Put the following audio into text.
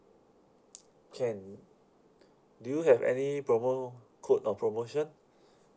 can do you have any promo code or promotion